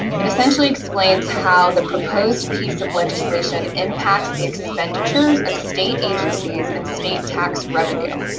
it essentially explains how the proposed piece of legislation impacts the expenditures of state agencies and state tax revenue.